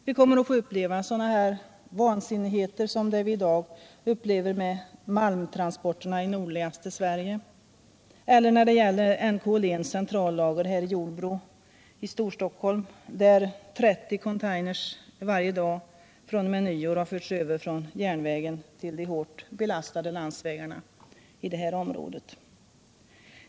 Vi kommer att få uppleva sådana vansinnigheter som det vi i dag upplever vad gäller malmtransporterna i nordligaste Sverige och vad gäller NK-Åhléns centrallager i Jordbro här i Storstockholm, där 30 container varje dag fr.o.m. nyåret har förts över från järnvägen till de hårt belastade landsvägarna i området.